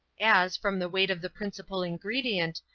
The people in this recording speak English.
as, from the weight of the principal ingredient,